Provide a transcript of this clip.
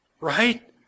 Right